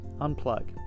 unplug